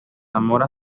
zamora